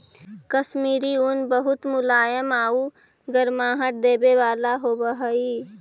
कश्मीरी ऊन बहुत मुलायम आउ गर्माहट देवे वाला होवऽ हइ